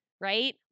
right